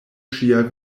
ŝia